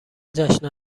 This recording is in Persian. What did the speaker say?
جشن